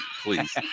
please